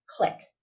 Click